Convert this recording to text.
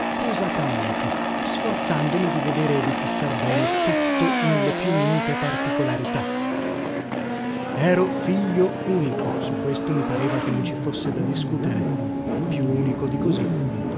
posatamente sforzandomi di vedere e di fissar bene tutto nelle più minute particolarità ero figlio unico su questo mi pareva che non ci fosse da discutere più unico di così